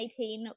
2018